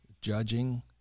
judging